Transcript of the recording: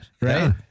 Right